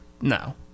No